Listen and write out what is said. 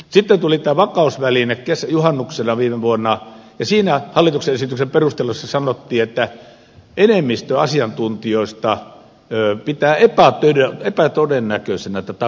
sitten tuli tämä vakausväline juhannuksena viime vuonna ja siinä hallituksen esityksen perusteluissa sanottiin että enemmistö asiantuntijoista pitää epätodennäköisenä että takauksia tarvitaan